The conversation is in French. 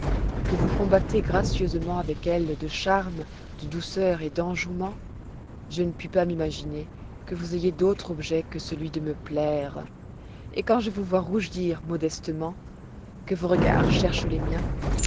que vous combattez gracieusement avec elles de charmes de douceur et d'enjouement je ne puis pas m'imaginer que vous ayez d'autre objet que celui de me plaire et quand je vous vois rougir modestement que vos regards cherchent les miens